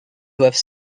doivent